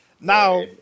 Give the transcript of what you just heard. Now